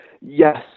Yes